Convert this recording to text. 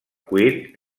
cuir